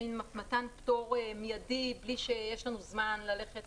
מעין מתן פטור מידי בלי שיש לנו זמן ללכת